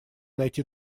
найти